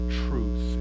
truth